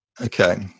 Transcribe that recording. Okay